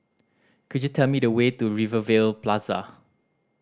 could you tell me the way to Rivervale Plaza